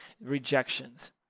rejections